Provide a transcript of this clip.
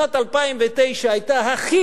שנת 2009 היתה הכי